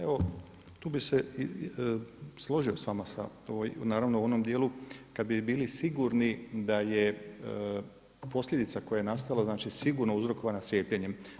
Evo tu bi se složio s vama naravno u onom dijelu kada bi bili sigurni da je posljedica koja je nastala znači sigurno uzrokovana cijepljenjem.